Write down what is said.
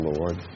Lord